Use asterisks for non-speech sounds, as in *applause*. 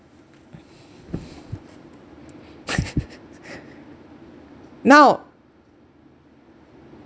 *noise* *laughs* now